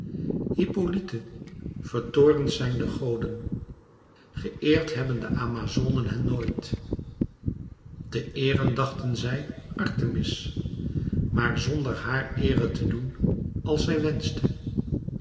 hippolyte vertoornd zijn de goden geëerd hebben de amazonen hen nooit te eeren dachten zij artemis maar zonder haar eere te doen als zij wenschte